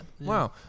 Wow